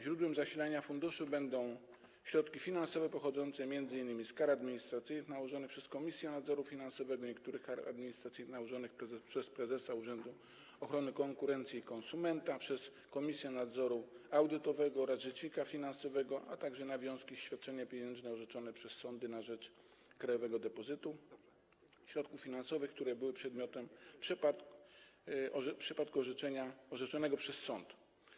Źródłem zasilenia funduszu będą środki finansowe pochodzące m.in. z kar administracyjnych nałożonych przez Komisję Nadzoru Finansowego, niektórych kar administracyjnych nałożonych przez prezesa Urzędu Ochrony Konkurencji i Konsumentów, Komisję Nadzoru Audytowego oraz rzecznika finansowego, a także nawiązek i świadczeń pieniężnych orzeczonych przez sądy na rzecz krajowego depozytu, a także środków finansowych, które były przedmiotem przepadku orzeczonego przez sąd.